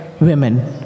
women